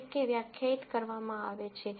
તરીકે વ્યાખ્યાયિત કરવામાં આવે છે